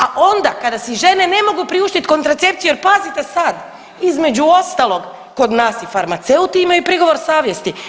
A onda kada si žene ne mogu priuštiti kontracepciju jer pazite sad između ostalog kod nas i farmaceuti imaju prigovor savjesti.